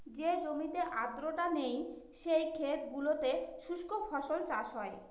যে জমিতে আর্দ্রতা নেই, সেই ক্ষেত গুলোতে শুস্ক ফসল চাষ হয়